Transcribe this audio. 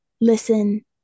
listen